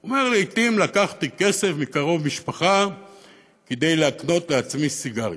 הוא אומר: לעתים לקחתי כסף מקרוב משפחה כדי לקנות לעצמי סיגריות.